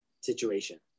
situation